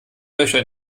löcher